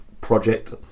project